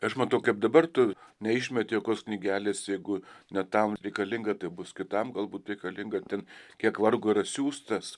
aš matau kaip dabar tu neišmeti jokios knygelės jeigu ne tau reikalinga tai bus kitam galbūt reikalinga ten kiek vargo yra siųs tas